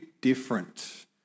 different